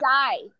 die